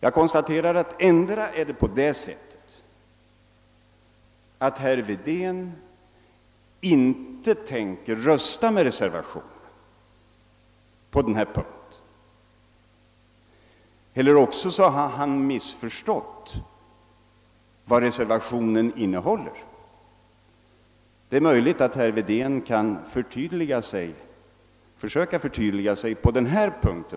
Jag konstaterar att antingen är det på det sättet att herr Wedén inte tänker rösta med reservationen eller också har han missförstått reservationens innebörd. Det är möjligt att herr Wedén kan försöka förtydliga sitt ställningstagande åtminstone på denna punkt.